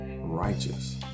righteous